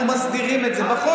אנחנו מסדירים את זה בחוק.